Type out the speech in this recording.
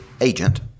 agent